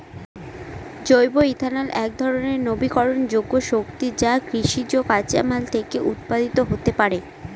জৈব ইথানল একধরনের নবীকরনযোগ্য শক্তি যা কৃষিজ কাঁচামাল থেকে উৎপাদিত হতে পারে